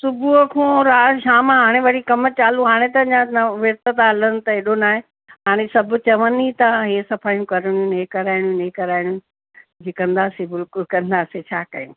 सुबुह खां रा शाम हाणे वरी कम चालू हाणे त अञा न विर्तु था हलनि त अहिड़ो न आहे हाणे सभु चवनि ई था हे सफ़ाइयूं करनि हे कराइनि हे कराइनि जी कंदासीं बिल्कुलु कंदासीं छा कयूं